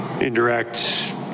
Indirect